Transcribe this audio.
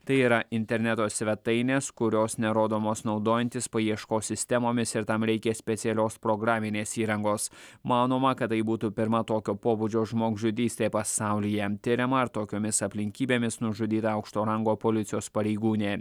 tai yra interneto svetainės kurios nerodomos naudojantis paieškos sistemomis ir tam reikia specialios programinės įrangos manoma kad tai būtų pirma tokio pobūdžio žmogžudystė pasaulyje tiriama ar tokiomis aplinkybėmis nužudyta aukšto rango policijos pareigūnė